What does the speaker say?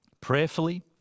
prayerfully